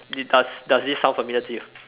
it does does this sound familiar to you